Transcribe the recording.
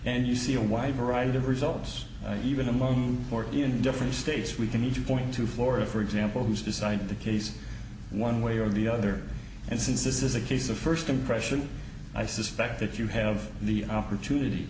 and you see a wide variety of results even alone or in different states we do need to point to florida for example who's decided the case one way or the other and since this is a case of first impression i suspect that you have the opportunity